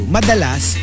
Madalas